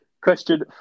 Question